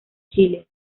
chile